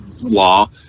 law